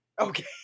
Okay